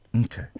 okay